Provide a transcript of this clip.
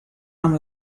amb